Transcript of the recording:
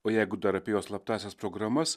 o jeigu dar apie jo slaptąsias programas